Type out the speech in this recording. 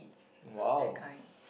!wow!